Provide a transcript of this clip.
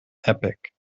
epic